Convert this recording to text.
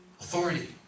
authority